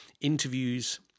interviews